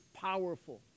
powerful